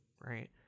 Right